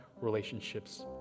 relationships